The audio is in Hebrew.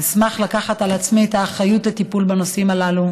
אשמח לקחת על עצמי את האחריות לטיפול בנושאים הללו,